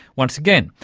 once again,